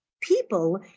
people